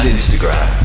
Instagram